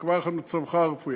תקבע לך את מצבך הרפואי,